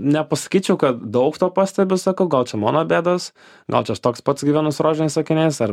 nepasakyčiau kad daug to pastebiu sakau gal čia mano bėdos gal čia aš toks pats gyvenu su rožiniais akiniais ar